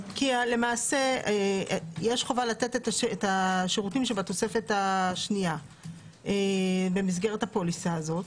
כי יש חובה לתת את השירותים שבתוספת השנייה במסגרת הפוליסה הזאת.